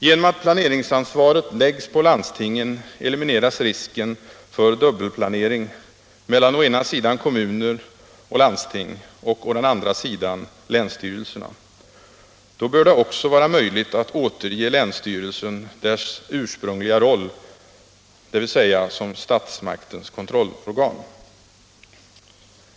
Genom att planeringsansvaret läggs på landstingen elimineras risken för dubbelplanering mellan å ena sidan kommuner och landsting och å den andra sidan länsstyrelserna. Då bör det också vara möjligt att återge länsstyrelsen dess ursprungliga roll, dvs. som statsmaktens kontrollorgan.